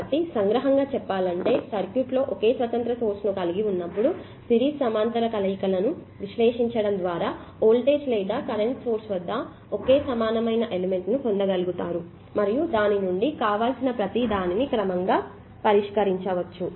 కాబట్టి సంగ్రహంగా చెప్పాలంటే సర్క్యూట్లో ఒకే స్వతంత్ర సోర్స్ ను కలిగి ఉన్నప్పుడు సిరీస్ సమాంతర కలయికలను విశ్లేషించడం ద్వారా వోల్టేజ్ లేదా కరెంటు సోర్స్ వద్ద ఒకే సమానమైన ఎలిమెంట్ ని పొందగలుగుతారు మరియు దాని నుండి కావలసిన ప్రతీ దానిని క్రమంగా పరిష్కరించవచ్చు